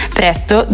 presto